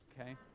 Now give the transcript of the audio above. Okay